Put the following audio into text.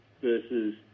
versus